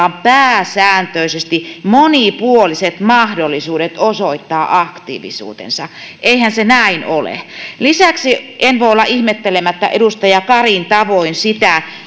on pääsääntöisesti monipuoliset mahdollisuudet osoittaa aktiivisuutensa eihän se näin ole lisäksi en voi olla ihmettelemättä edustaja karin tavoin sitä